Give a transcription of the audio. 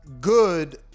good